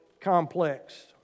complex